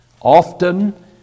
Often